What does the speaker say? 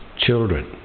children